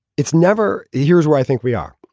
it's never years where i think we are.